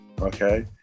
okay